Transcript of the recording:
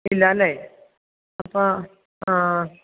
ഇല്ലാല്ലേ അപ്പം ആ